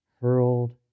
hurled